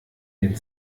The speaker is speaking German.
den